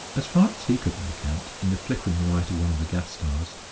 as far as he could make out in the flickering light of one of the gas-stars,